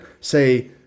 say